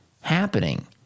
happening